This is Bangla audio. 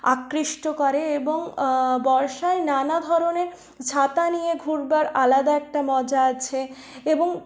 আকৃষ্ট করে এবং বর্ষায় নানা ধরনের ছাতা নিয়ে ঘুরবার আলাদা একটা মজা আছে এবং